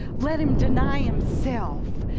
let him deny himself,